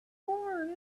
born